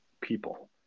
people